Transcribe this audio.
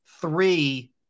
three